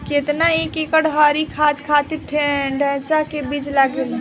केतना एक एकड़ हरी खाद के खातिर ढैचा के बीज लागेला?